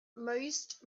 most